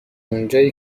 اونجایی